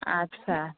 आदसा